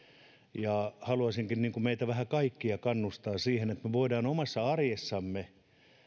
haluaisinkin meitä kaikkia vähän kannustaa siihen että me voimme omassa arjessamme